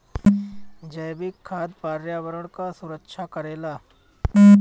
जैविक खाद पर्यावरण कअ सुरक्षा करेला